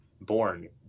born